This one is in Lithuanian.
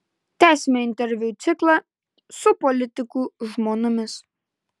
tęsiame interviu ciklą su politikų žmonomis